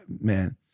man